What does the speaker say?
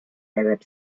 arab